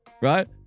right